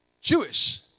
Jewish